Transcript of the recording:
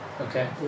Okay